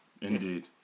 Indeed